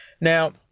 Now